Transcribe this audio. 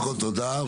קודם כל, תודה.